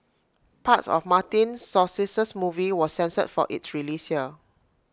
parts of Martin Scorsese's movie was censored for its release here